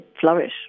flourish